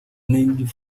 named